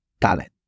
talent